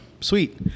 Sweet